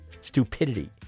Stupidity